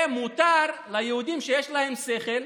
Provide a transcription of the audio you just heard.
ומותר ליהודים, שיש להם שכל,